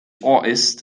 artist